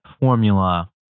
formula